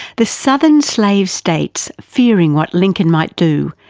the southern slave states, fearing what lincoln might do,